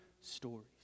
stories